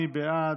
מי בעד?